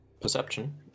Perception